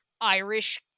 irish